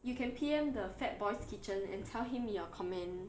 you can P_M the Fat Boy's kitchen and tell him your comment